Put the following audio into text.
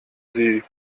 sie